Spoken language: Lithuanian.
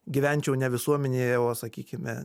gyvenčiau ne visuomenėje o sakykime